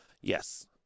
yes